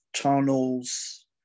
tunnels